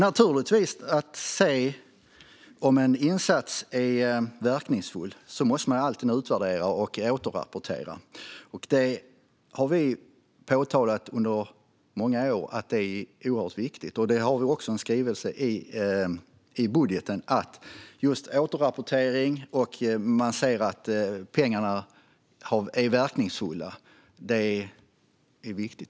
För att se om en insats är verkningsfull måste man alltid utvärdera och återrapportera. Vi har under många år påpekat att det är viktigt. Vi skriver också i vår budget om just återrapportering och att man ska kunna se att pengarna haft verkan. Det är viktigt.